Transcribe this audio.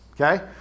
okay